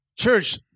Church